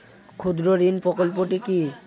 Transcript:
ক্ষুদ্রঋণ প্রকল্পটি কি?